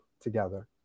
together